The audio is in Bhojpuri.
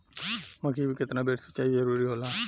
मकई मे केतना बेर सीचाई जरूरी होला?